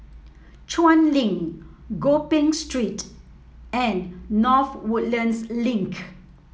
Chuan Link Gopeng Street and North Woodlands Link